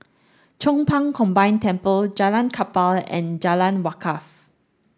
Chong Pang Combined Temple Jalan Kapal and Jalan Wakaff